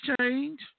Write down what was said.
change